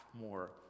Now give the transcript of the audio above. more